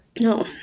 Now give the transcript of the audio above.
No